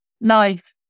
life